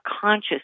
conscious